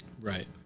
Right